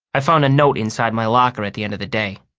i found a note inside my locker at the end of the day.